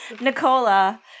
Nicola